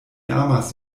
amas